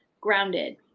grounded